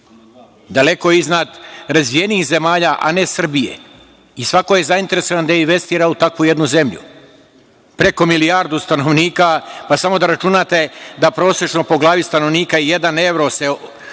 daleko iznad razvijenijih zemalja, a ne Srbije. Svako je zainteresovan da investira u takvu jednu zemlju. Preko milijardu stanovnika. Samo da računate da prosečno po glavi stanovnika jedan evro se ostvari,